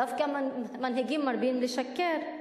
דווקא מנהיגים מרבים לשקר.